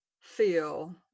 feel